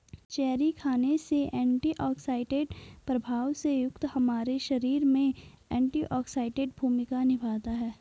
cherry खाने से antioxidant प्रभाव से युक्त हमारे शरीर में एंटीऑक्सीडेंट भूमिका निभाता है